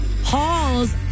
Halls